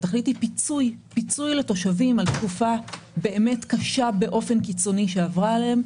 למשל פיצוי לתושבים על תקופה באמת קשה באופן קיצוני שעברה עליהם,